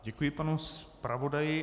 Děkuji panu zpravodaji.